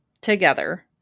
together